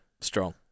Strong